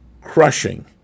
crushing